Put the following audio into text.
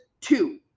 Two